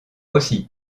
aussi